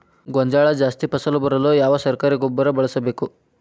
ಗೋಂಜಾಳ ಜಾಸ್ತಿ ಫಸಲು ಬರಲು ಯಾವ ಸರಕಾರಿ ಗೊಬ್ಬರ ಬಳಸಬೇಕು?